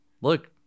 Look